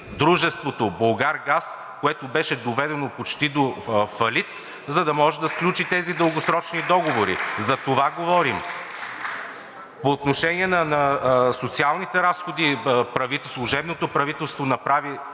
дружеството „Булгаргаз“, което беше доведено почти до фалит, за да може да сключи тези дългосрочни договори. За това говорим. (Ръкопляскания от ГЕРБ-СДС.) По отношение на социалните разходи. Служебното правителство направи